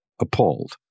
appalled